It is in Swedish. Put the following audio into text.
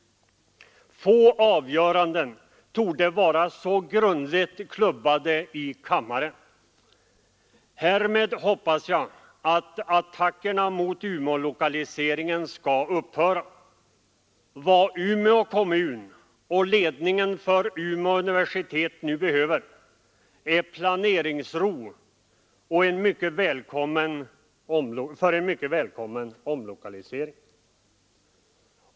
Få avgöranden torde vara så grundligt klubbade i kammaren. Därmed hoppas jag att attackerna mot lokaliseringen till Umeå skall upphöra. Vad Umeå kommun och ledningen för Umeå universitet nu behöver är planeringsro för en mycket välkommen omlokalisering.